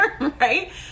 right